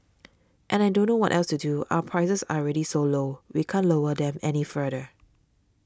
and I don't know what else to do our prices are already so low we can't lower them any further